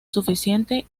suficiente